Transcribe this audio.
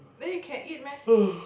then you can eat meh